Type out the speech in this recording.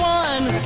one